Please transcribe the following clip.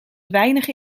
weinig